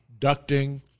ducting